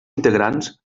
integrants